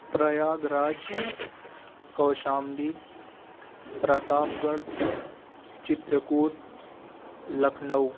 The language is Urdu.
پریاگ راج کوشامبی پرتاپ گڑھ چترکوٹ لکھنؤ